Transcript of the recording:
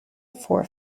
for